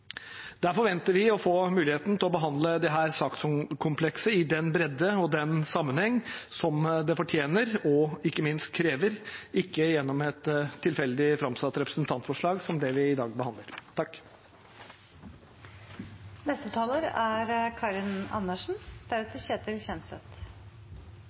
Der forventer vi å få muligheten til å behandle dette sakskomplekset i den bredden og den sammenhengen det fortjener og ikke minst krever – ikke gjennom et tilfeldig framsatt representantforslag, som det vi i dag behandler. Verden er